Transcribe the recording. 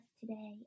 today